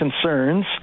concerns